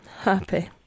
happy